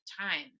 time